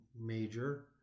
major